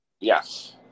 Yes